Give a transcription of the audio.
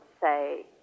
say